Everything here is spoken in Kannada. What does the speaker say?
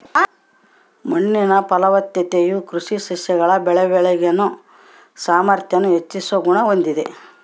ಮಣ್ಣಿನ ಫಲವತ್ತತೆಯು ಕೃಷಿ ಸಸ್ಯಗಳ ಬೆಳವಣಿಗೆನ ಸಾಮಾರ್ಥ್ಯಾನ ಹೆಚ್ಚಿಸೋ ಗುಣ ಹೊಂದಿದೆ